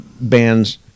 bands